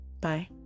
Bye